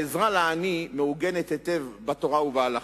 העזרה לעני מעוגנת היטב בתורה ובהלכה: